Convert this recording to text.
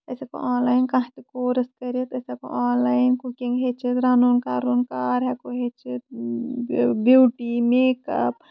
أسۍ ہٮ۪کو online کانہہ تہِ کورٕس کٔرِتھ أسۍ ہٮ۪کو آن لاین کُکِنگ ہٮ۪چھِتھ رَنُن کَرُن کار ہٮ۪کو ہٮ۪چھِتھ بیوٗٹی میک اپ